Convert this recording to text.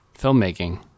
filmmaking